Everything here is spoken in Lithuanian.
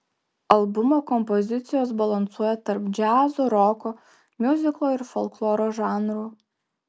albumo kompozicijos balansuoja tarp džiazo roko miuziklo ir folkloro žanrų